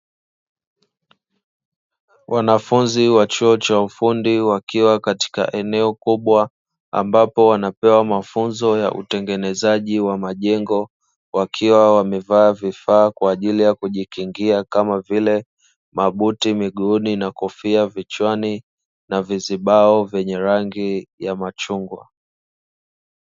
Wanafunzi wa chuo cha ufundi wakiwa katika eneo kubwa, ambapo wanapewa mafunzo ya utengenezaji wa majengo wakiwa wamevaa vifaa kwa ajili ya kujikingia kama vile mabuti miguuni, na kofia vichwani, na visibao vyenye rangi ya machungwa.